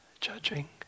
judging